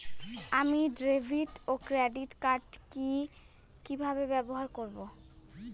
আমি ডেভিড ও credit card কি কিভাবে ব্যবহার করব?